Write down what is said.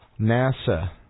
NASA